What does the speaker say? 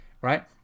Right